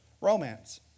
Romance